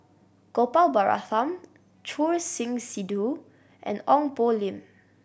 Gopal Baratham Choor Singh Sidhu and Ong Poh Lim